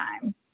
time